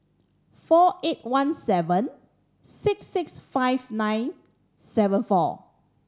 four eight one seven six six five nine seven four